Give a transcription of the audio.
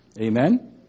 Amen